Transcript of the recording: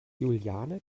juliane